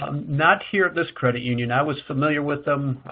not here at this credit union. i was familiar with them.